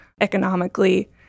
economically